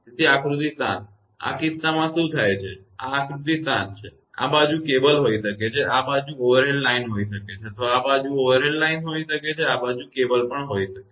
તેથી આ આકૃતિ 7 આ કિસ્સામાં શું થાય છે આ આકૃતિ 7 છે આ બાજુ કેબલ હોઈ શકે છે આ બાજુ ઓવરહેડ લાઇન હોઈ શકે છે અથવા આ બાજુ ઓવરહેડ લાઇન હોઈ શકે છે આ બાજુ કેબલ પણ હોઈ શકે છે